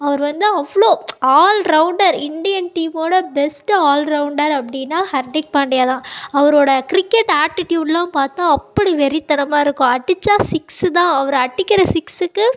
அவர் வந்து அவ்வளோ allrounder Indian டீமோடய பெஸ்ட்டு ஆல்ரௌண்டர் அப்படின்னா ஹர்திக் பாண்டியா தான் அவரோய கிரிக்கெட் ஆட்டிட்டியூட்லாம் பார்த்தா அப்படி வெறித்தனமாக இருக்கும் அடித்தா சிக்ஸு தான் அவர் அடிக்கிற சிக்ஸுக்கு